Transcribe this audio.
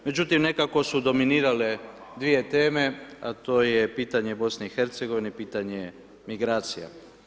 Međutim, nekako su dominirale dvije teme, a to je pitanje BiH i pitanje migracija.